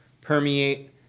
permeate